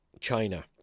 China